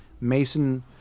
mason